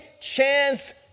chance